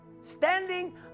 standing